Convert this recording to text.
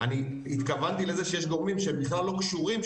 אני התכוונתי לזה שיש גורמים שבכלל לא קשורים,